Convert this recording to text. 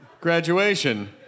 Graduation